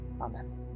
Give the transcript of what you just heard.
Amen